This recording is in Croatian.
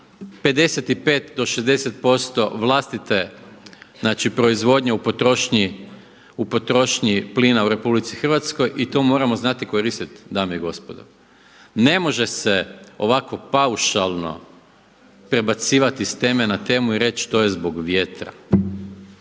55 do 60% vlastite, znači proizvodnje u potrošnji plina u RH i to moramo znati koristiti dame i gospodo. Ne može se ovako paušalno prebacivati s teme na temu i reći to je zbog vjetra.